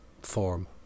form